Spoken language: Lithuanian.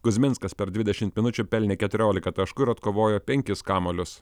kuzminskas per dvidešimt minučių pelnė keturiolika taškų ir atkovojo penkis kamuolius